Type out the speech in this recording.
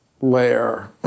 layer